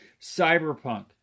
Cyberpunk